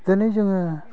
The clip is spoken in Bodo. दिनै जोङो